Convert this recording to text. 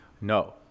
No